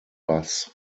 bass